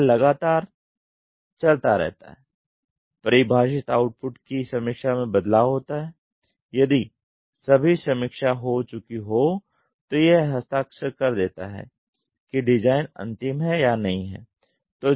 यह लगातार चलता रहता है परिभाषित आउटपुट की समीक्षा में बदलाव होता है यदि सभी समीक्षा हो चुकी हो तो यह हस्ताक्षर कर देता है कि डिजाइन अंतिम है या नहीं है